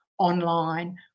online